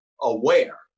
Aware